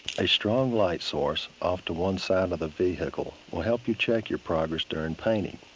a strong light source off to one side of the vehicle will help you check your progress during painting.